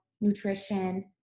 nutrition